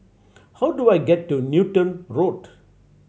how do I get to Newton Road